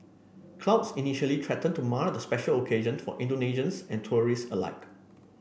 clouds initially threatened to mar the special occasion for Indonesians and tourists alike